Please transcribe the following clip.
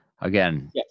Again